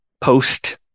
post